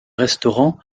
restaurant